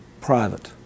private